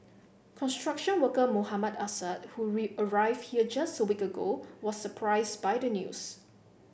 construction worker Mohammad Assad who arrived here just a week ago was surprised by the news